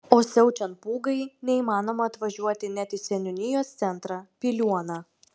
o siaučiant pūgai neįmanoma atvažiuoti net į seniūnijos centrą piliuoną